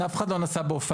אף אחד לא נסע באופניים,